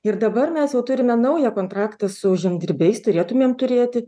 ir dabar mes jau turime naują kontraktą su žemdirbiais turėtumėm turėti